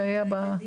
בילדים.